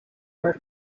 were